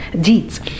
Deeds